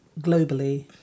globally